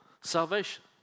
salvation